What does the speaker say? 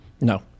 No